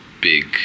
big